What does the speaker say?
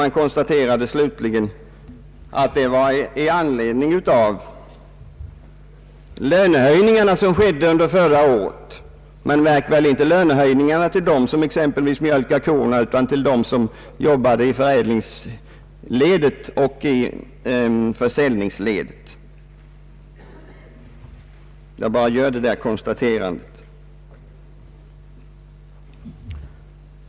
Man konstaterade slutligen att höjningarna föranleddes av förra årets lönehöjningar, men märk väl inte lönehöjningar till dem som exempelvis mjölkar korna utan till dem som jobbade i förädlingsoch försäljningsledet. Jag bara gör detta konstaterande.